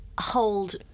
hold